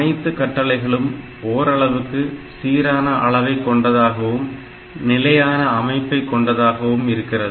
அனைத்து கட்டளைகளும் ஓரளவுக்கு சீரான அளவை கொண்டதாகவும் நிலையான அமைப்பை கொண்டதாகவும் இருக்கிறது